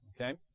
Okay